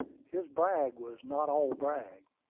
his brag was not all brag.